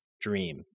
dream